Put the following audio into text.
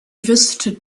visited